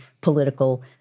political